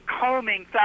combing